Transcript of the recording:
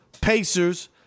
Pacers